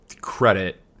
credit